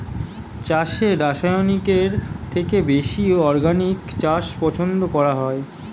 চাষে রাসায়নিকের থেকে বেশি অর্গানিক চাষ পছন্দ করা হয়